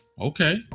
okay